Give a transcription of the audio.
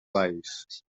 valls